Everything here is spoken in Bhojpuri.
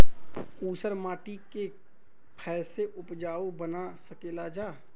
ऊसर माटी के फैसे उपजाऊ बना सकेला जा?